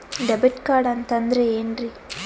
Debit card ಅಂತಂದ್ರೆ ಏನ್ರೀ?